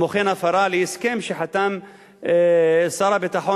וכמו כן הפרה של ההסכם שחתם שר הביטחון